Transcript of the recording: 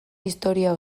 historia